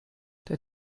der